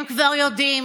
הם כבר יודעים,